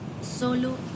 Solo